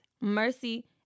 mercy